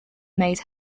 made